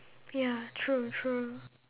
ya true true